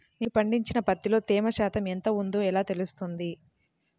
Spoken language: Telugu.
నేను పండించిన పత్తిలో తేమ శాతం ఎంత ఉందో ఎలా తెలుస్తుంది?